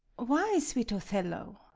why, sweet othello